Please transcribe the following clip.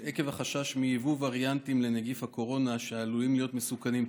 עקב החשש מיבוא וריאנטים לנגיף הקורונה שעלולים להיות מסוכנים,